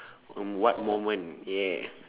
on what moment yeah